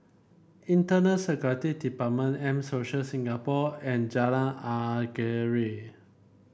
Internal Security Department M Social Singapore and Jalan Anggerek